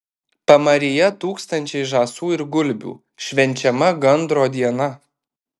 pamaryje tūkstančiai žąsų ir gulbių švenčiama gandro diena